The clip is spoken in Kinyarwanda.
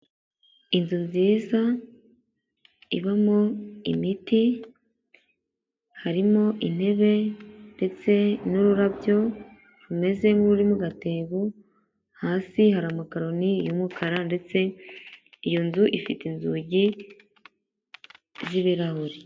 Inzu nziza ibamo imiti harimo intebe ndetse n'ururabyo rumeze nk'urimo gatebo, hasi hari amakaroni y'umukara ndetse iyo nzu ifite inzugi z'ibirahuri.